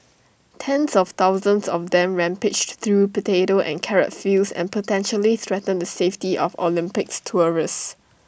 tens of thousands of them rampage through potato and carrot fields and potentially threaten the safety of Olympics tourists